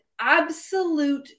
absolute